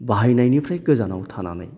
बाहायनायनिफ्राय गोजानाव थानानै